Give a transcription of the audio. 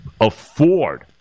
afford